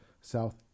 South